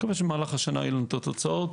מקווה שבמהלך השנה יהיו לנו התוצאות.